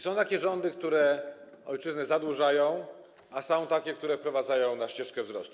Są takie rządy, które ojczyznę zadłużają, a są takie, które wprowadzają na ścieżkę wzrostu.